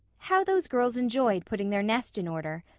how those girls enjoyed putting their nest in order!